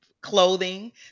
clothing